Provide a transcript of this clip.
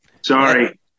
Sorry